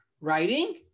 writing